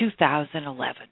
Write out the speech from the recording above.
2011